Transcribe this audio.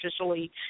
officially